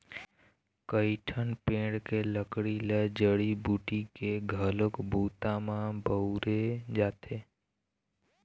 कइठन पेड़ के लकड़ी ल जड़ी बूटी के घलोक बूता म बउरे जाथे